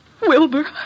Wilbur